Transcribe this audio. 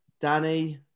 Danny